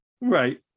Right